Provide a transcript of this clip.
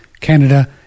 Canada